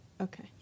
Okay